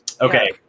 Okay